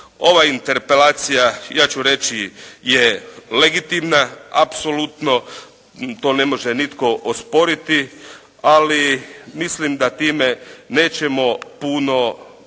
Ova interpelacija, ja ću reći je legitimna, apsolutno to ne može nitko osporiti, ali mislim da time nećemo puno